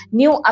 new